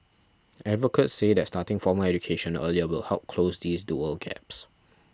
advocates say that starting formal education earlier will help close these dual gaps